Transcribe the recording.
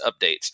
updates